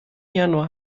januar